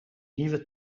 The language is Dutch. nieuwe